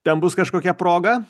ten bus kažkokia proga